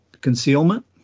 concealment